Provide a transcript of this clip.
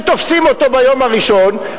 ותופסים אותו ביום הראשון,